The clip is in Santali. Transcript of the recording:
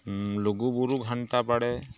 ᱞᱩᱜᱩᱵᱩᱨᱩ ᱜᱷᱟᱱᱴᱟ ᱵᱟᱲᱮ